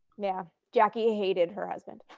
yeah. jackie hated her husband.